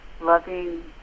loving